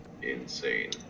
insane